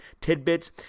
tidbits